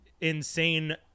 insane